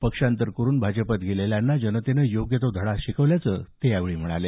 पक्षांतर करून भाजपात गेलेल्यांना जनतेनं योग्य तो धडा दिला शिकवल्याचं त्यांनी यावेळी म्हटलं